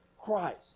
Christ